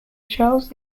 charles